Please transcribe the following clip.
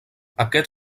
aquest